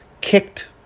Kicked